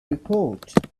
report